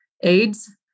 AIDS